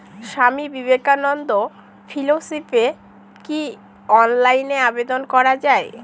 স্বামী বিবেকানন্দ ফেলোশিপে কি অনলাইনে আবেদন করা য়ায়?